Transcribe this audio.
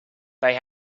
they